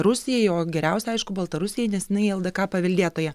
rusijai o geriausia aišku baltarusijai nes jinai ldk paveldėtoja